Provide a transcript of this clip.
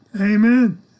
Amen